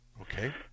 Okay